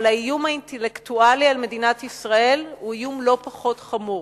אבל האיום האינטלקטואלי על מדינת ישראל הוא איום לא פחות חמור.